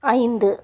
ஐந்து